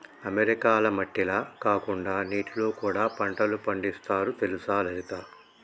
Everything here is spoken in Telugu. అమెరికాల మట్టిల కాకుండా నీటిలో కూడా పంటలు పండిస్తారు తెలుసా లలిత